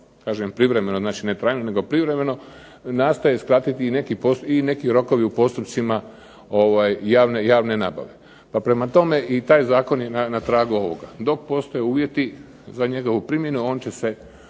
kažem privremeno, znači ne trajno nego privremeno nastoje skratiti i neki rokovi u postupcima javne nabave. Pa prema tome i taj zakon je na tragu ovoga. Dok postoje uvjeti za njegovu primjenu on će se